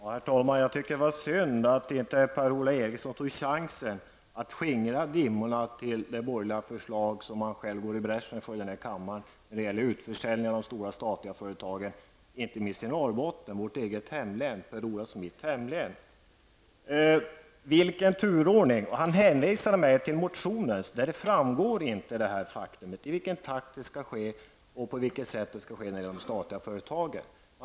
Herr talman! Jag tycker det var synd att Per-Ola Eriksson inte tog chansen att skingra dimmorna kring det borgerliga förslag som han har gått i bräschen för i denna kammare. Det handlar alltså om utförsäljning av de stora statliga företagen i inte minst Norrbotten, vårt gemensamma hemlän. Per-Ola Eriksson hänvisar till en motion, men i den framgår i vilken takt och på vilket sätt utförsäljningen av de statliga företagen skall ske.